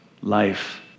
life